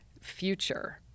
future